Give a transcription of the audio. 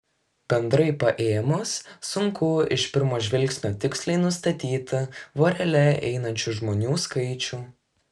bendrai paėmus sunku iš pirmo žvilgsnio tiksliai nustatyti vorele einančių žmonių skaičių